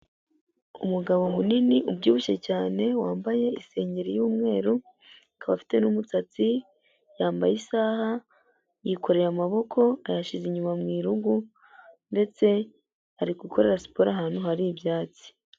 Umugabo munini ubyibushye cyane wambaye isengeri y'umweru, akaba afite n'umusatsi, yambaye isaha yikoreye amaboko, ayashize inyuma mu irugu ndetse ari gukorera siporo ahantu hari ibyatsi.